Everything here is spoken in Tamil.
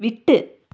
விட்டு